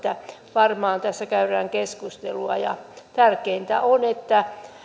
varmaan tässä käydään keskustelua ja tärkeintä on